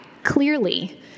clearly